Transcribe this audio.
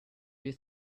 you